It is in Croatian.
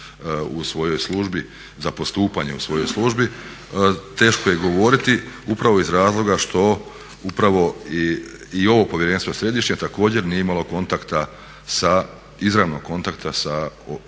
u svojoj službi za postupanje u svojoj službi, teško je govoriti upravo iz razloga što upravo i ovo povjerenstvo središnje također nije imalo kontakta sa, izravnog kontakta sa